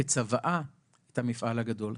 כצוואה את המפעל הגדול.